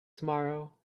tomorrow